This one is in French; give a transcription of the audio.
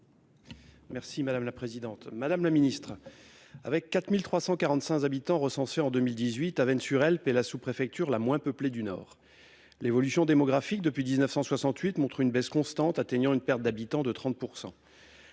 Madame la secrétaire d'État, avec 4 345 habitants recensés en 2018, Avesnes-sur-Helpe est la sous-préfecture la moins peuplée du Nord. L'évolution démographique depuis 1968 montre une baisse constante atteignant une perte d'habitants de 30 %.